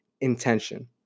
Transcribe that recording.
intention